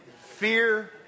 fear